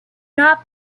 not